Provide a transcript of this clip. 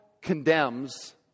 condemns